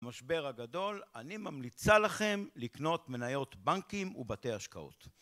במשבר הגדול אני ממליצה לכם לקנות מניות בנקים ובתי השקעות